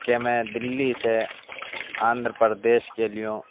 کہ میں دہلی سے آندھرا پردیش کے لیے